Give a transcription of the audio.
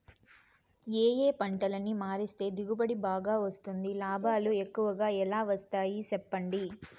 ఏ ఏ పంటలని మారిస్తే దిగుబడి బాగా వస్తుంది, లాభాలు ఎక్కువగా ఎలా వస్తాయి సెప్పండి